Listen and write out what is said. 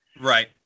Right